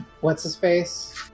what's-his-face